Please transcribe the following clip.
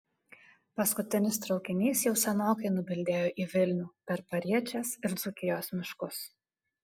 paskutinis traukinys jau senokai nubildėjo į vilnių per pariečės ir dzūkijos miškus